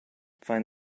find